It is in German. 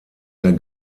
der